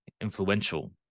influential